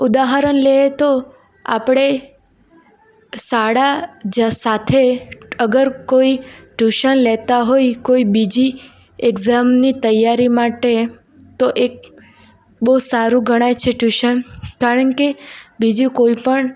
ઉદાહરણ લે તો આપણે શાળા જ સાથે અગર કોઈ ટ્યુશન લેતા હોઈ કોઈ બીજી એક્સઝામની તૈયારી માટે તો એક બહુ સારું ગણાય છે ટ્યુશન કારણકે બીજું કોઈપણ